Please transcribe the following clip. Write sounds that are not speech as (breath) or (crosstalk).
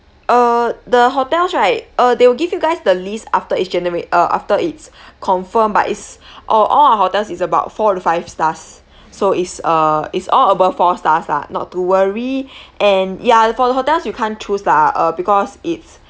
uh the hotels right uh they will give you guys the list after its generat~ uh after it's (breath) confirmed but it's orh all our hotels is about four to five stars so is uh is all above four stars lah not to worry (breath) and ya for the hotels you can't choose lah uh because it's